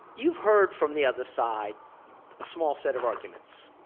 you've heard from the other side a small set of arguments.